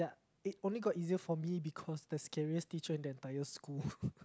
it only got easier for me because the scariest teacher in the entire school